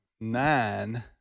nine